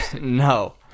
No